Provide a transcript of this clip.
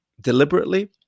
deliberately